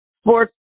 sports